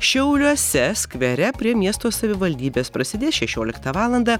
šiauliuose skvere prie miesto savivaldybės prasidės šešioliktą valandą